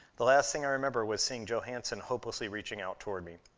the last thing i remember was seeing johanssen hopelessly reaching out toward me.